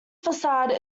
facade